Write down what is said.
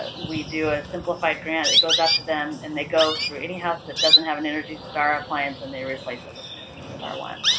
but we do a simplified grant. it goes out to them and they go through any house that doesn't have an energystar appliance and they replace it with an energystar one.